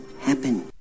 happen